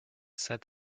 said